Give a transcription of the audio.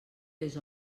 les